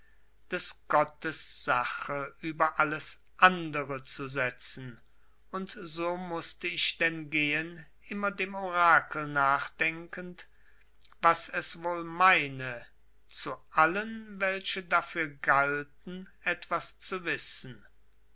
des gottes sache über alles andere zu setzen und so mußte ich denn gehen immer dem orakel nachdenkend was es wohl meine zu allen welche dafür galten etwas zu wissen